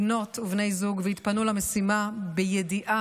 בנות ובני זוג, והתפנו למשימה בידיעה